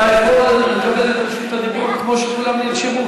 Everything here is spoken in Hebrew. אתה יכול לקבל את רשות הדיבור כמו כולם שנרשמו.